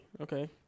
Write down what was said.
Okay